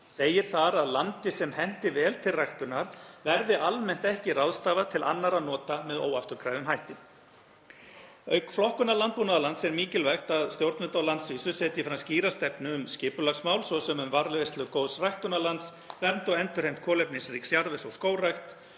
Segir þar að landi sem henti vel til ræktunar verði almennt ekki ráðstafað til annarra nota með óafturkræfum hætti. Auk flokkunar landbúnaðarlands er mikilvægt að stjórnvöld á landsvísu setji fram skýra stefnu um skipulagsmál, svo sem um varðveislu góðs ræktunarlands, vernd og endurheimt kolefnisríks jarðvegs og skógrækt,